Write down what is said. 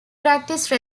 practice